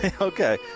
Okay